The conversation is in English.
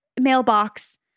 mailbox